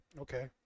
Okay